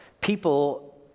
People